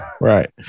Right